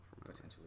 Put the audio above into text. Potentially